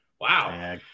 Wow